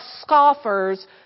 scoffers